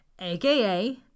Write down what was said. aka